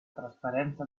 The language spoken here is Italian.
trasparenza